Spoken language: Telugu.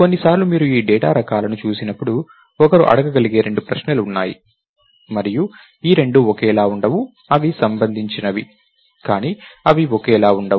కొన్నిసార్లు మీరు ఈ డేటా రకాలను చూసినప్పుడు ఒకరు అడగగలిగే రెండు ప్రశ్నలు ఉన్నాయి మరియు ఈ రెండూ ఒకేలా ఉండవు అవి సంబంధించినవి కానీ అవి ఒకేలా ఉండవు